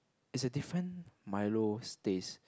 it's a different Milo's taste